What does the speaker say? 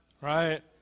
right